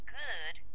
good